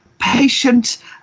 patient